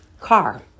car